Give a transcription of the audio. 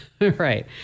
Right